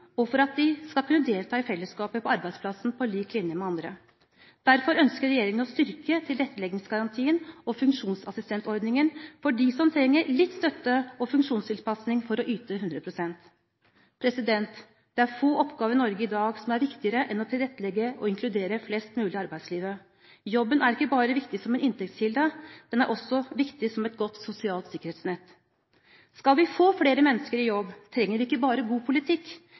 og for at de skal kunne delta i fellesskapet på arbeidsplassen på lik linje med andre. Derfor ønsker regjeringen å styrke tilretteleggingsgarantien og funksjonsassistentordningen for dem som trenger litt støtte og funksjonstilpasning for å yte 100 pst. Det er få oppgaver i Norge i dag som er viktigere enn å tilrettelegge og inkludere flest mulig i arbeidslivet. Jobben er ikke bare viktig som en inntektskilde; den er også viktig som et godt sosialt sikkerhetsnett. Skal vi få flere mennesker i jobb, trenger vi ikke bare god politikk,